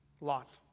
Lot